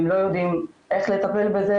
הם לא יודעים איך לטפל בזה,